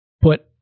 put